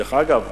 דרך אגב,